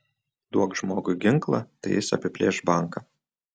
duok žmogui ginklą tai jis apiplėš banką